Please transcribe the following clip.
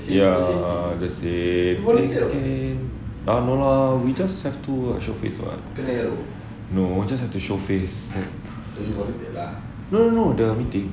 ya the same no lah we just have to show face [what] no just have to show face no no no the meeting